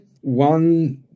one